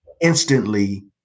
Instantly